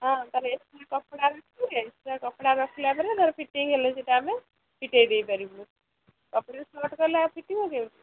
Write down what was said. ହଁ ତମେ ଏକ୍ସଟ୍ରା କପଡ଼ା ରଖିବେ ଏକ୍ସଟ୍ରା କପଡ଼ା ରଖିଲା ପରେ ତାର ଫିଟିଂ ହେଲେ ସେଇଟା ଆମେ ଫିଟାଇ ଦେଇପାରିବୁ କପଡ଼ା ସଟ୍ କଲେ ଆଉ ଫିଟିବ କେମିତି